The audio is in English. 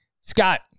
Scott